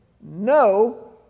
No